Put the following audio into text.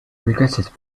regretted